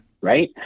right